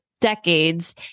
decades